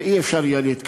ולא יהיה אפשר להתקדם.